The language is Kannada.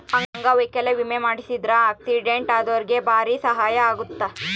ಅಂಗವೈಕಲ್ಯ ವಿಮೆ ಮಾಡ್ಸಿದ್ರ ಆಕ್ಸಿಡೆಂಟ್ ಅದೊರ್ಗೆ ಬಾರಿ ಸಹಾಯ ಅಗುತ್ತ